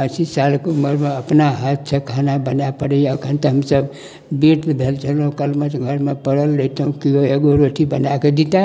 अस्सी सालके उमरमे अपना हाथसँ खाना बनाए पड़ैए एखन तऽ हमसभ वृद्ध भेल छेलहुँ घरमे पड़ल रहितहुँ केओ एगो रोटी बनाए कऽ दीतए